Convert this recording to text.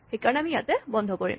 সেইকাৰণে আমি ইয়াতে বন্ধ কৰিম